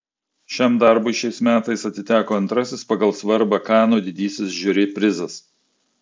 šiam darbui šiais metais atiteko antrasis pagal svarbą kanų didysis žiuri prizas